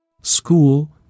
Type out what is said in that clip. School